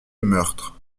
meurtre